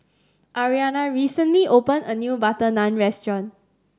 Ariana recently opened a new butter Naan Restaurant